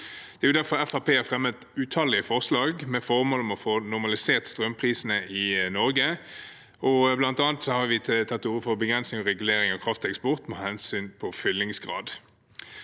har fremmet utallige forslag med formål å få normalisert strømprisene i Norge. Blant annet har vi tatt til orde for begrensning og regulering av krafteksport med hensyn til fyllingsgrad.